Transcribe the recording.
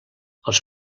els